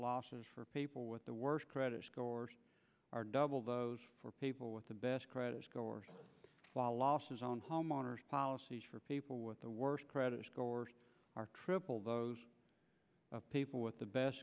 losses for people with the worst credit scores are double those for people with the best credit score while losses on homeowners policies for people with the worst credit score are triple those people with the best